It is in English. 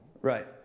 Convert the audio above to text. Right